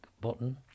button